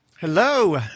hello